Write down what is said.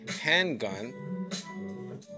handgun